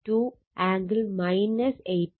2 angle 83